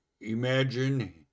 imagine